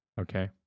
Okay